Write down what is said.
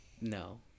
No